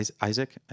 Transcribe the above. Isaac